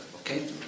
okay